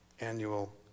annual